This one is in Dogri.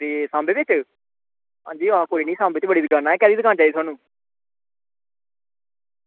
ते सांबै दे आं सांबा बड़ी दुकानां ते केह्ड़ी दुकान चाहिदी थुहानू